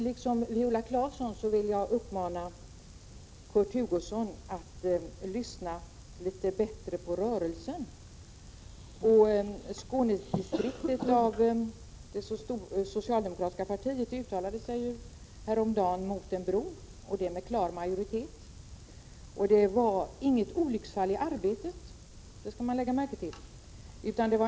Liksom Viola Claesson vill jag emellertid uppmana Kurt Hugosson att lyssna litet bättre på rörelsen. Skånedistriktet av det socialdemokratiska partiet uttalade sig ju häromdagen emot en bro, och det med klar majoritet. Detta var inget olycksfall i arbetet, det skall man lägga märke till.